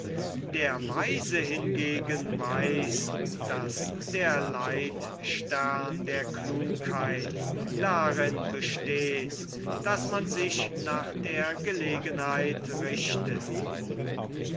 der weise hingegen weiß daß der leitstern der klugheit darin besteht daß man sich nach der gelegenheit richte